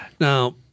Now